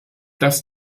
dass